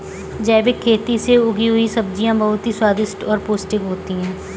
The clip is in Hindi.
जैविक खेती से उगी हुई सब्जियां बहुत ही स्वादिष्ट और पौष्टिक होते हैं